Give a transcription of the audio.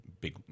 big